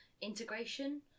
integration